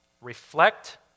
Reflect